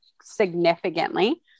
significantly